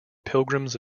pilgrims